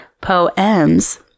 Poems